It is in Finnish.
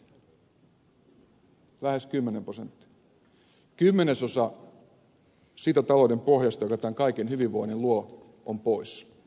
kymmenesosa siitä talouden pohjasta joka tämän kaiken hyvinvoinnin luo on pois